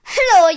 Hello